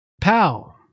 POW